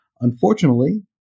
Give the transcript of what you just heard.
Unfortunately